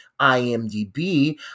imdb